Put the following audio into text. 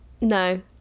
no